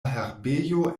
herbejo